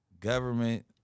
government